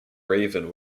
raven